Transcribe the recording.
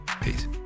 Peace